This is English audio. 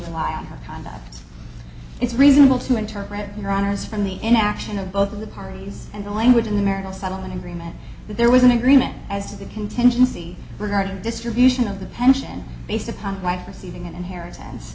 rely on her conduct it's reasonable to interpret your honour's from the interaction of both of the parties and the language in the marital settlement agreement that there was an agreement as to the contingency regarding distribution of the pension based upon my proceeding in inheritance